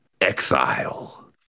exile